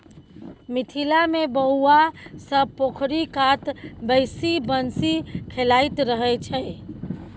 मिथिला मे बौआ सब पोखरि कात बैसि बंसी खेलाइत रहय छै